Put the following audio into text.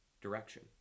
direction